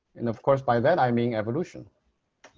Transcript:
and of course by that i mean evolution.